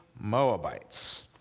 Moabites